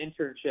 internship